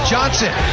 Johnson